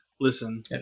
Listen